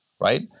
right